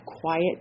quiet